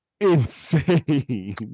insane